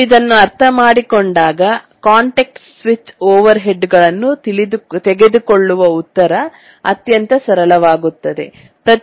ಮತ್ತು ಇದನ್ನು ಅರ್ಥಮಾಡಿಕೊಂಡಾಗ ಕಾಂಟೆಕ್ಸ್ಟ್ ಸ್ವಿಚ್ ಓವರ್ಹೆಡ್ಗಳನ್ನು ತೆಗೆದುಕೊಳ್ಳುವ ಉತ್ತರ ಅತ್ಯಂತ ಸರಳ ವಾಗುತ್ತದೆ